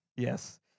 Yes